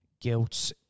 guilt